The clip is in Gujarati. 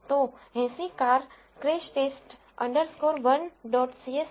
તો 80 car crash test underscore 1 dot સીએસવીcrashTest 1